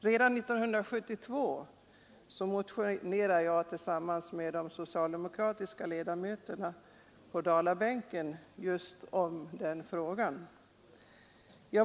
Redan år 1972 motionerade jag tillsammans med de andra socialdemokratiska ledamöterna på Dalabänken om den frågan.